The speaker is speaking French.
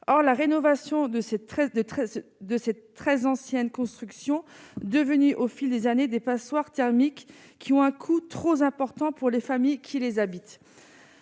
ses 13 de 13 de cette très ancienne construction devenu au fil des années des passoires thermiques qui ont un coût très important pour les familles qui les habite,